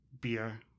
beer